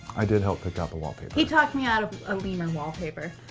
i did help pick out the wallpaper. he talked me out of a lemur wallpaper.